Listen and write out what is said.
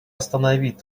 остановить